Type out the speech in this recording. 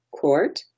court